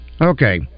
Okay